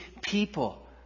people